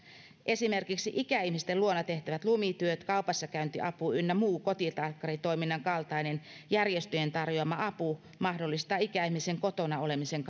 esimerkiksi ikäihmisten luona tehtävät lumityöt kaupassakäyntiapu ynnä muu kotitalkkaritoiminnan kaltainen järjestöjen tarjoama apu mahdollistaa ikäihmisen kotona olemisen